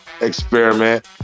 experiment